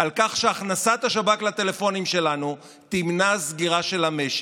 על כך שהכנסת השב"כ לטלפונים שלנו תמנע סגירה של המשק.